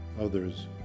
others